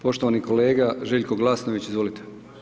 Poštovani kolega Željko Glasnović, izvolite.